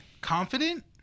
confident